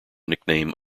nickname